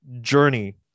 journey